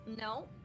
no